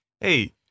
Hey